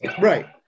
right